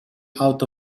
out